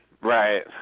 Right